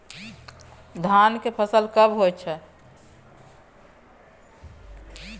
धान के फसल कब होय छै?